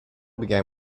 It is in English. began